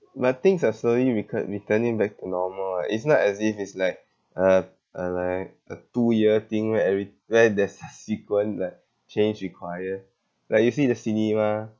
but things are slowly recu~ returning back to normal ah it's not as if it's like uh uh like a two year thing where every where there's a sequence that change required like you see the cinema